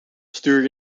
stuur